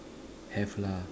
have lah